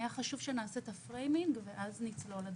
היה חשוב שנעשה את ה-framing ואז נצלול.